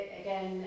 again